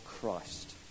Christ